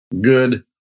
good